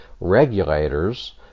regulators